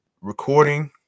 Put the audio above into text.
recording